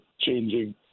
changing